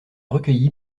recueillie